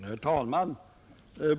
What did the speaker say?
Herr talman!